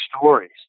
stories